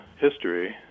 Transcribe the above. history